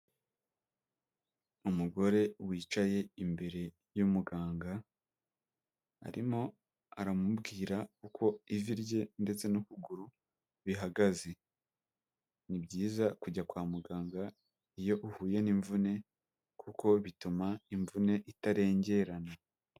Umugore wicaye imbere y'umuganga, arimo aramubwira uko ivi rye ndetse n'ukuguru bihagaze. Ni byiza kujya kwa muganga iyo uhuye n'imvune, kuko bituma imvune itarengerana.